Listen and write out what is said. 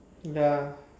ya